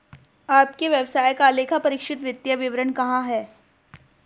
आपके व्यवसाय का लेखापरीक्षित वित्तीय विवरण कहाँ है?